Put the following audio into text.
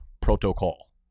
protocol